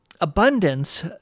abundance